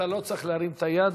אתה לא צריך להרים את היד,